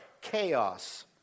chaos